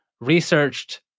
researched